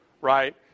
right